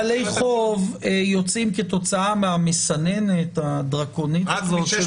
רק 600 יוצאים כתוצאה מהמסננת הדרקונית הזאת של